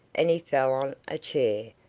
and he fell on a chair,